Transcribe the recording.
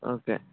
okay